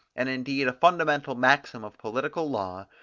and indeed a fundamental maxim of political law,